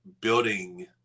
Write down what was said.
building